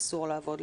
אסור לעבוד.